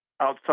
outside